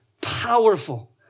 powerful